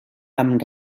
amb